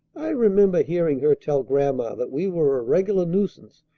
i remember hearing her tell grandma that we were a regular nuisance,